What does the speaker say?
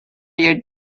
your